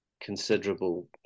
considerable